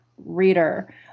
reader